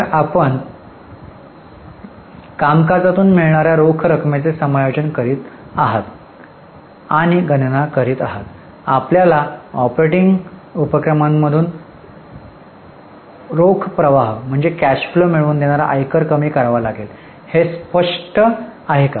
तर आपण कामकाजापासून मिळणार्या रोख रकमेचे समायोजन करीत आहोत आणि गणना करीत आहोत आपल्याला ऑपरेटिंग उपक्रमांमधून रोख प्रवाह मिळवून देणारा आयकर कमी करावा लागेल हे स्पष्ट आहे का